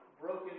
broken